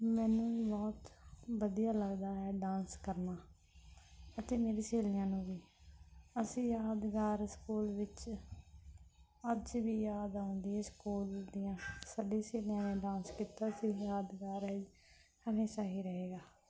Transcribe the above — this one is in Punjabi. ਮੈਨੂੰ ਬਹੁਤ ਵਧੀਆ ਲੱਗਦਾ ਹੈ ਡਾਂਸ ਕਰਨਾ ਅਤੇ ਮੇਰੀ ਸਹੇਲੀਆਂ ਨੂੰ ਵੀ ਅਸੀਂ ਯਾਦਗਾਰ ਸਕੂਲ ਵਿੱਚ ਅੱਜ ਵੀ ਯਾਦ ਆਉਂਦੀ ਹੈ ਸਕੂਲ ਦੀਆਂ ਸਾਡੀ ਸਹੇਲੀਆਂ ਨੇ ਡਾਂਸ ਕੀਤਾ ਸੀ ਯਾਦਗਾਰ ਹਮੇਸ਼ਾ ਹੀ ਰਹੇਗਾ